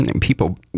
people